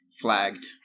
flagged